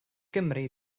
gymri